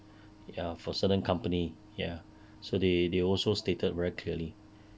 ya for certain company ya so they they also stated very clearly